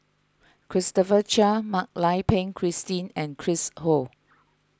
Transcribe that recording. Christopher Chia Mak Lai Peng Christine and Chris Ho